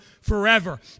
forever